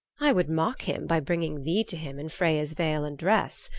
i would mock him by bringing thee to him in freya's veil and dress.